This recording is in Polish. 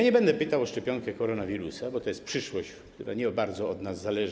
Nie będę pytał o szczepionkę na koronawirusa, bo to jest przyszłość, która nie bardzo od nas zależy.